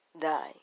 Die